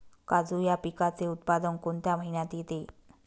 काजू या पिकाचे उत्पादन कोणत्या महिन्यात येते?